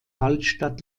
altstadt